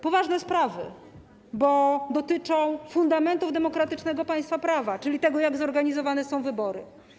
Poważne sprawy, bo dotyczą fundamentów demokratycznego państwa prawa, czyli tego, jak zorganizowane są wybory.